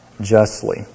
justly